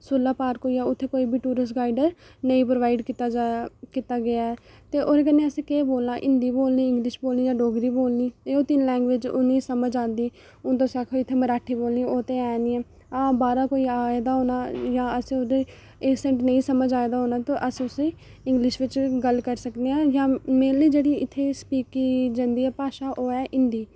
सुल्ला park होई गेआ उत्थै कोई बी टूरिस्ट गाइड़ नेईं प्रबाइड किता गेआ ऐ ओहदे कन्नै असें केह् करना हिन्दी बोलनी इंगलिश बोलनी जां ओह् तिन लैगंबेज समझ आंदी अगर तुस आक्खो इत्थै मराठी बोलनी ओह् ते है नी बाहरा कोई आए दा होना असें गी ऐसैंट नेईं समझ आए दा होना अस इंगलिश बिच गल्ल करी सकनी हां मेरी लेई इत्थै जेहड़ी स्पीक कीती जंदी ऐ भाशा ओह् है हिन्दी